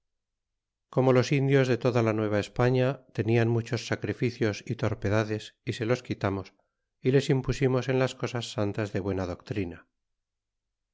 como los indios de toda la nueva españa tenian muchos sacrificios y torpedades y se los quitamos y les impusimos en las cosas santas de buena doctrina